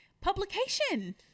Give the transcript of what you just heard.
publication